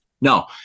no